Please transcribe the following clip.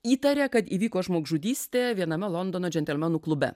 įtaria kad įvyko žmogžudystė viename londono džentelmenų klube